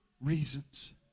reasons